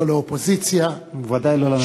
לא לאופוזיציה, וודאי לא לממשלה.